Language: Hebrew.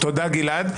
תודה, גלעד.